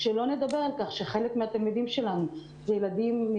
שלא נדבר על כך שחלק מהתלמידים שלנו הם תלמידים עם